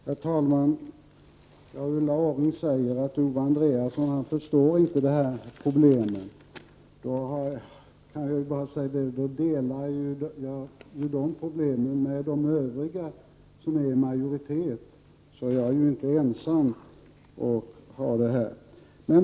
Herr talman! Ulla Orring säger att Owe Andréasson inte förstår dessa problem. Jag kan då bara säga att jag i så fall delar detta problem med de andra som ingår i majoriteten. Jag är alltså inte ensam om det.